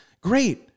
great